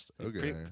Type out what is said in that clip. Okay